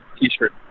t-shirt